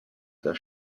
der